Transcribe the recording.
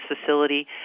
facility